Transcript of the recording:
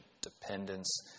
dependence